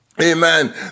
Amen